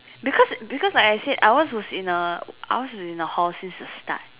because because like I said ours was in a ours was in a hall since the start